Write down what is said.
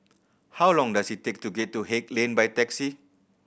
how long does it take to get to Haig Lane by taxi